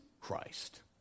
Christ